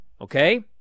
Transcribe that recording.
okay